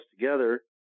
together